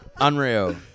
Unreal